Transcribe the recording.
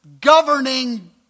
governing